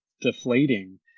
deflating